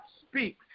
speak